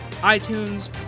iTunes